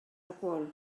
alcohol